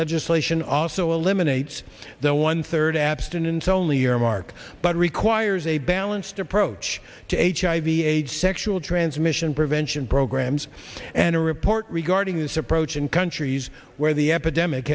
legislation also eliminates the one third abstinence only earmark but requires a balanced approach to hiv aids sexual transmission prevention programs and a report regarding this approach in countries where the epidemic